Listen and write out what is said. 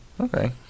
Okay